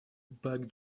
black